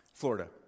Florida